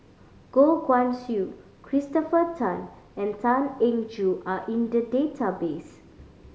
Goh Guan Siew Christopher Tan and Tan Eng Joo are in the database